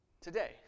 today